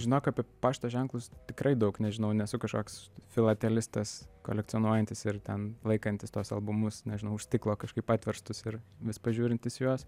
žinok apie pašto ženklus tikrai daug nežinau nesu kažkoks filatelistas kolekcionuojantis ir ten laikantis tuos albumus nežinau už stiklo kažkaip atverstus ir vis pažiūrintis į juos